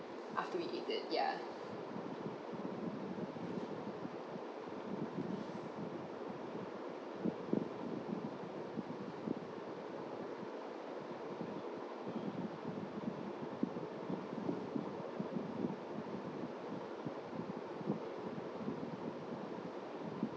after we eat it ya